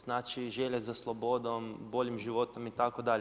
Znači želje za slobodom, boljim životom itd.